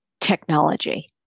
technology